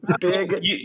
Big